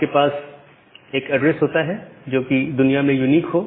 आपके पास एक एड्रेस होता है जो कि दुनिया में यूनिक हो